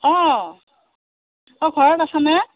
অঁ অঁ ঘৰত আছ নে